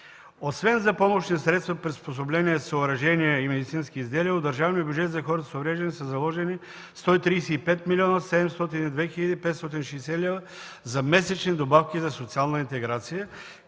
Освен за помощни средства, приспособления, съоръжения и медицински изделия в държавния бюджет за хората с увреждания са заложени 135 млн. 702 хил. 560 лв. за месечни добавки за социална интеграция,